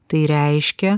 tai reiškia